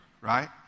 right